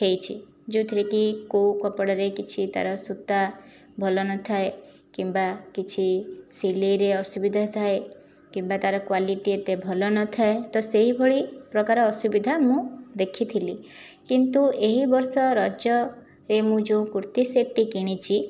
ହୋଇଛି ଯେଉଁଥିରେକି କେଉଁ କପଡ଼ାରେ କିଛି ତା'ର ସୂତା ଭଲ ନଥାଏ କିମ୍ବା କିଛି ସିଲେଇରେ ଅସୁବିଧା ଥାଏ କିମ୍ବା ତାର କ୍ଵାଲିଟି ଏତେ ଭଲ ନଥାଏ ତ ସେହିଭଳି ପ୍ରକାର ଅସୁବିଧା ମୁଁ ଦେଖିଥିଲି କିନ୍ତୁ ଏହି ବର୍ଷ ରଜରେ ମୁଁ ଯେଉଁ କୁର୍ତ୍ତି ସେଟ୍ଟି କିଣିଛି